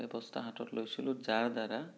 ব্যৱস্থা হাতত লৈছিলোঁ যাৰ দ্বাৰা